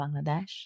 Bangladesh